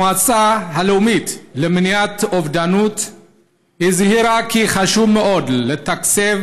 המועצה הלאומית למניעת אובדנות הזהירה כי חשוב מאוד לתקצב